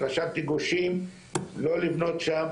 רשמתי גושים לא לבנות שם,